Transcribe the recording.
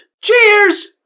Cheers